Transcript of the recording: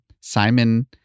Simon